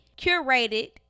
curated